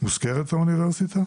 --- האוניברסיטה מוזכרת?